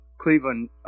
Cleveland